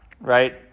right